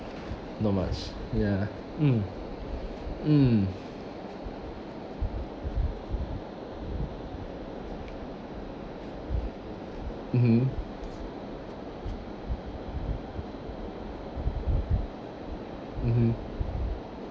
not much ya mm mm mmhmm mmhmm